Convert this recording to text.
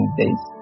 days